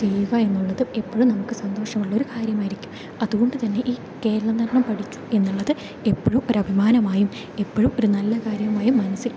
ചെയ്യുക എന്നുള്ളത് എപ്പോഴും നമുക്ക് സന്തോഷമുള്ളൊരു കാര്യമായിരിക്കും അതുകൊണ്ട് തന്നെ ഈ കേരളനടനം പഠിച്ചു എന്നുള്ളത് എപ്പോഴും ഒരഭിമാനമായും എപ്പോഴും ഒരു നല്ല കാര്യമായും മനസ്സിൽ